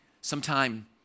Sometime